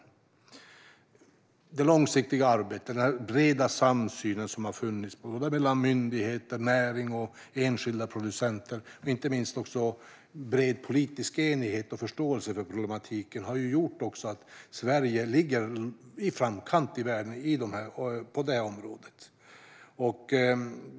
När det gäller det långsiktiga arbetet har den breda samsyn som har funnits mellan myndigheter, näring och enskilda producenter och också den breda politiska enigheten och förståelsen för problematiken gjort att Sverige ligger i framkant i världen på det här området.